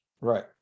right